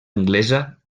anglesa